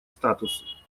статус